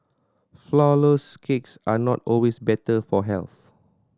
flourless cakes are not always better for health